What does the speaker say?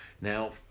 Now